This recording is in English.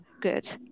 good